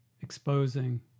exposing